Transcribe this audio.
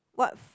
what